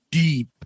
deep